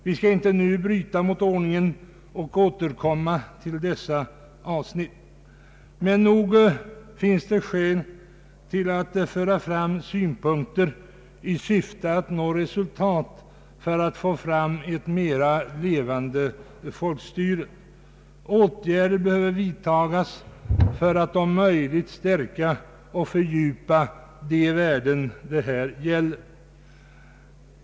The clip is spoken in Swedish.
Vi skall inte nu bryta mot ordningen och återkomma till dessa avsnitt, men nog finns det skäl att föra fram synpunkter i syfte att nå resultat och få ett mer levande folkstyre. Åtgärder behöver vidtagas för att om möjligt stärka och fördjupa de värden det här gäller.